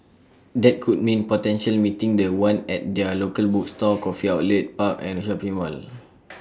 that could mean potentially meeting The One at their locally bookstore coffee outlet park and shopping mall